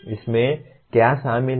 इसमें क्या शामिल है